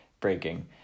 breaking